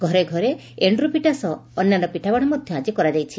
ଘରେ ଘରେ ଏଣ୍ଡରି ପିଠା ସହ ଅନ୍ୟାନ୍ୟ ପିଠାପଣା ମଧ୍ଧ ଆଜି କରାଯାଇଛି